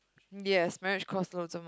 yes marriage costs lots of